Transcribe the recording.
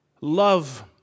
love